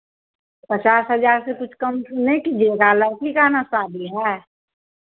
पचास हज़ार से कुछ कम नहीं कीजिएगा लड़की का न शादी है